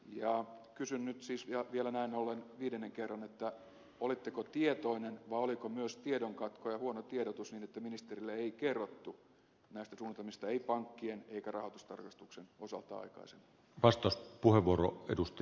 kysyn nyt siis vielä näin ollen viidennen kerran olitteko tietoinen vai oliko myös tiedonkatko ja huono tiedotus niin että ministerille ei kerrottu näistä suunnitelmista ei pankkien eikä rahoitustarkastuksen osalta aikaisemmin